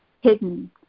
hidden